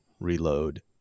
reload